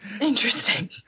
Interesting